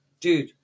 dude